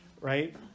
right